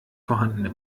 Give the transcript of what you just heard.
vorhandene